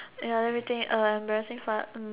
ya let me think embarrassing